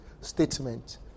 statement